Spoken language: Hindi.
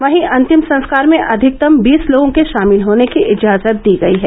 वहीं अंतिम संस्कार में अधिकतम बीस लोगों के शामिल होने की इजाजत दी गई है